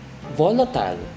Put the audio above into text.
volatile